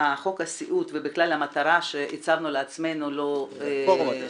חוק הסיעוד ובכלל המטרה שהצבנו לעצמנו לא --- רפורמת הסיעוד,